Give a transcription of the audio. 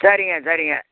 சரிங்க சரிங்க